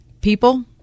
People